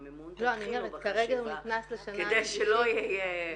שמסתיים המימון תתחילו בחשיבה כדי שלא יהיה-